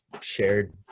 shared